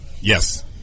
Yes